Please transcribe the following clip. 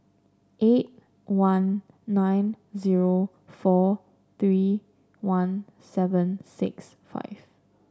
eight one nine zero four three one seven six five